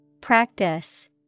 Practice